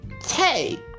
hey